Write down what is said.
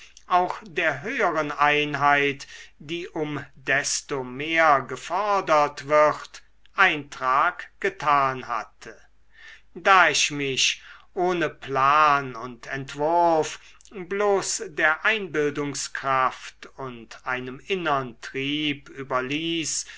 auch der höheren einheit die um desto mehr gefordert wird eintrag getan hatte da ich mich ohne plan und entwurf bloß der einbildungskraft und einem innern trieb überließ